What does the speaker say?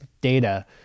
data